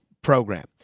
program